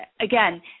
again